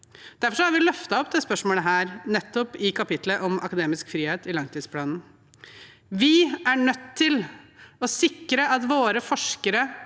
Derfor har vi løftet opp dette spørsmålet nettopp i kapitlet om akademisk frihet i langtidsplanen. Vi er nødt til å sikre at våre forskere